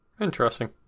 Interesting